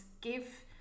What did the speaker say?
give